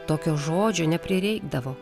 tokio žodžio neprireikdavo